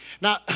Now